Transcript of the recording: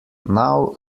now